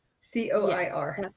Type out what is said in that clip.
c-o-i-r